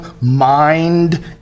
mind